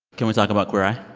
can we talk about queer eye?